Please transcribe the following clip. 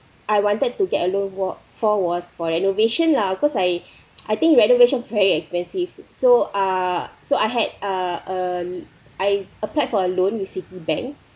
I wanted to get a loan walk for was for renovation lah cause I I think renovation very expensive so uh so I had uh um I applied for a loan with citibank